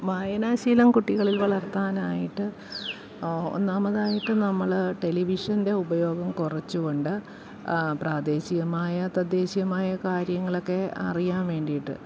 വായനാശീലം കുട്ടികളിൽ വളർത്താനായിട്ട് ഒന്നാമതായിട്ട് നമ്മൾ ടെലിവിഷൻ്റെ ഉപയോഗം കുറച്ചു കൊണ്ട് പ്രാദേശികമായ തദ്ദേശീയമായ കാര്യങ്ങളൊക്കെ അറിയാൻ വേണ്ടിയിട്ട്